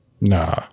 Nah